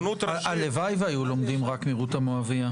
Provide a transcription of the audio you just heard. הלוואי והיו לומדים רק מרות המואבייה.